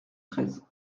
treize